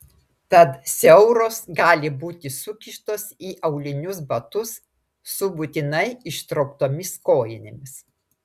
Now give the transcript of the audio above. tad siauros gali būti sukištos į aulinius batus su būtinai ištrauktomis kojinėmis